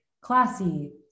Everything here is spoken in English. classy